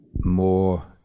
more